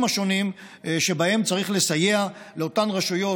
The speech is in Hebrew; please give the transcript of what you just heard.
השונים שבהם צריך לסייע לאותן רשויות,